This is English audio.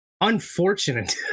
unfortunate